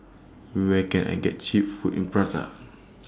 Where Can I get Cheap Food in Praia